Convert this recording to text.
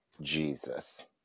Jesus